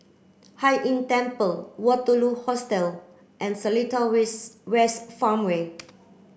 Hai Inn Temple Waterloo Hostel and Seletar West Farmway